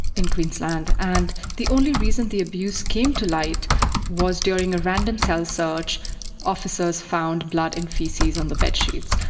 in queensland. and the only reason the abuse came to light was during a random cell search officers found blood and faeces on the bed sheets.